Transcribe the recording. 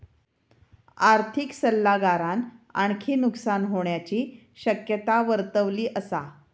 आर्थिक सल्लागारान आणखी नुकसान होण्याची शक्यता वर्तवली असा